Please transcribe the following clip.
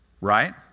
Right